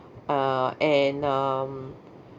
uh and um